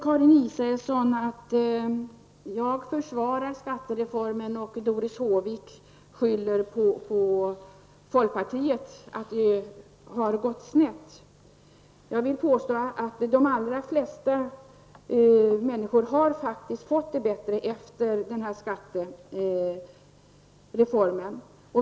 Karin Israelsson säger att jag försvarar skattereformen, och Doris Håvik skyller på folkpartiet för att det har gått snett. Jag vill påstå att de allra flesta människor faktiskt har fått det bättre efter skattereformen.